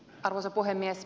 arvoisa puhemies